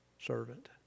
servant